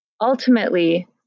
Ultimately